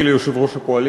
ועוד